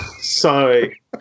Sorry